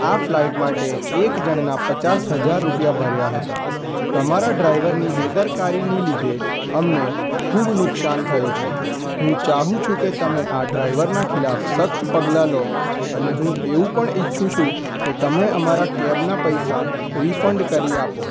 આ ફ્લાઇટ માટે એક જણના પચાસ હજાર રૂપિયા ભર્યા હતા તમારા ડ્રાઈવરની બેદરકારીની લીધે અમને ખૂબ નુકસાન થયું છે હું ચાહું છું કે તમે આ ડ્રાઈવરના ખિલાફ સખ્ત પગલાં લો અને હું એવું પણ ઈચ્છું છું કે તમે અમારા કેબના પૈસા રિફંડ કરી આપો